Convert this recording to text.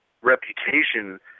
reputation